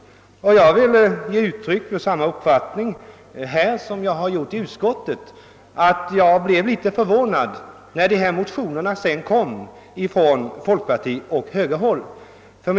Jag vill här liksom i utskottet säga att jag blev litet förvånad när dessa motioner från folkpartioch högerhåll sedan väcktes.